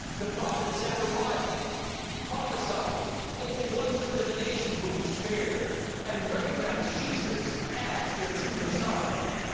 the prophet zechariah prophesied only one-third of the nation would be spared and recognize jesus as their true messiah.